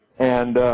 and